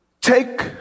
take